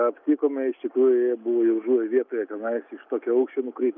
aptikome iš tikrųjų jie buvo jau žuvę vietoje tenais iš tokio aukščio nukritus